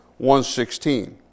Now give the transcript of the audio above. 116